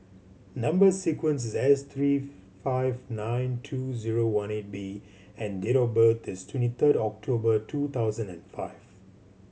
number sequence is S three five nine two zero one eight B and date of birth is twenty third October two thousand and five